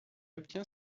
obtient